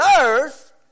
earth